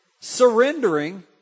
surrendering